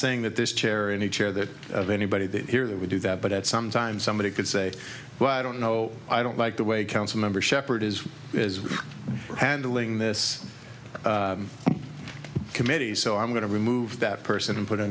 saying that this chair in the chair that of anybody that here that would do that but at some time somebody could say well i don't know i don't like the way council member shepherd is handling this committee so i'm going to remove that person and put a